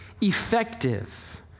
effective